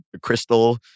crystal